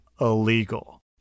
illegal